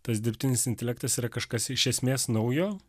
tas dirbtinis intelektas yra kažkas iš esmės naujo